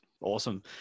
awesome